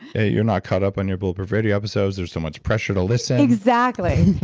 hey, you're not caught up on your bulletproof radio episodes. there's so much pressure to listen exactly.